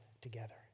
together